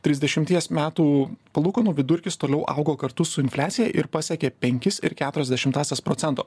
trisdešimties metų palūkanų vidurkis toliau augo kartu su infliacija ir pasiekė penkis ir keturias dešimtąsias procento